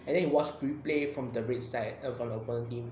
and then he watch replay from the red side err from the opponent team